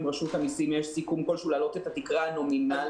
עם רשות המסים יש סיכום כלשהו להעלות את התקרה הנומינלית.